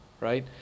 Right